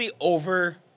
over